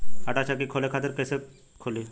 आटा चक्की खोले खातिर लोन कैसे मिली?